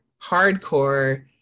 hardcore